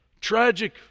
tragic